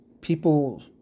people